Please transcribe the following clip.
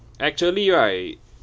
actually right